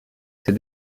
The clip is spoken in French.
ces